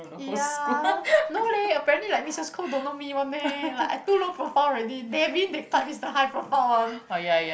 ya no leh apparently like Missus Koh don't know me one meh like I too low profile already Davine that type is the high profile one